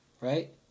right